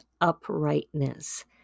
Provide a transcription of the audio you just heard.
uprightness